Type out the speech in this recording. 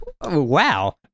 Wow